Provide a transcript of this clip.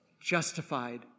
Justified